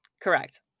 Correct